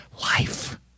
life